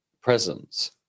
presence